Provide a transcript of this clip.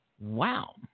Wow